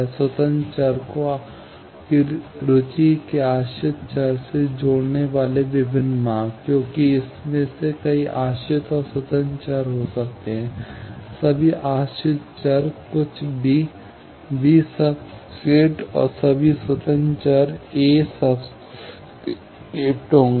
स्वतंत्र चर को आपकी रुचि के आश्रित चर से जोड़ने वाले विभिन्न मार्ग क्योंकि इसमें कई आश्रित और स्वतंत्र चर हो सकते हैं सभी आश्रित चर कुछ b b सबस्क्रिप्ट और सभी स्वतंत्र चर a सबस्क्रिप्ट होंगे